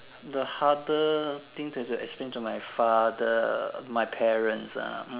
the harder thing that I had to explain to my father my parents ah hmm